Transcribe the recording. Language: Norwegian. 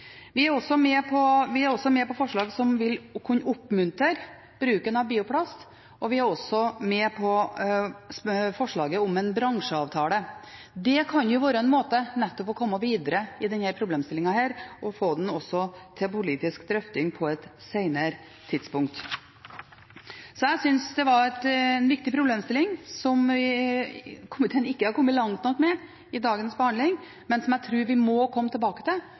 Vi er også med på forslag som vil kunne oppmuntre til bruk av bioplast, og vi er også med på forslaget om en bransjeavtale. Det kan være en måte nettopp å komme videre i denne problemstillingen på, og også få den til politisk drøfting på et senere tidspunkt. Jeg synes det er en viktig problemstilling, som komiteen ikke er kommet langt nok med i dagens behandling, men som jeg tror vi må komme tilbake til,